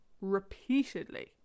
repeatedly